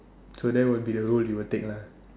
so that would be the role you would take lah